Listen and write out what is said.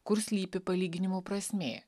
kur slypi palyginimo prasmė